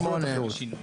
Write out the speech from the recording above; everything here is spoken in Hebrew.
אוקיי.